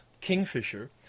Kingfisher